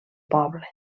poble